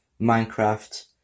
Minecraft